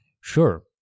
sure